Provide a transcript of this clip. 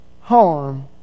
harm